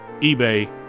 eBay